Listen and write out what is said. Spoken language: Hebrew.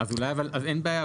אז אין בעיה.